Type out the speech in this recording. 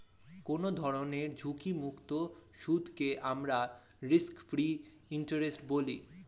কোনো ধরনের ঝুঁকিমুক্ত সুদকে আমরা রিস্ক ফ্রি ইন্টারেস্ট বলি